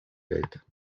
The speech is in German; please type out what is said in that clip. welt